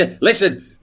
listen